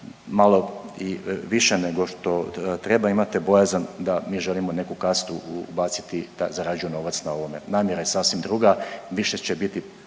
malo više nego što treba imati bojazan da mi želimo neku kastu ubaciti da zarađuje novac na ovome. Namjera je sasvim druga. Više će biti